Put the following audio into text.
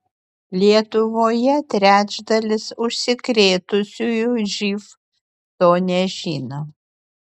lietuvoje trečdalis užsikrėtusiųjų živ to nežino